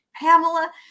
Pamela